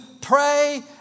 pray